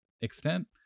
extent